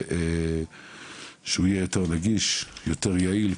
להפוך אותם יותר נגישים ויעלים,